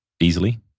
Easily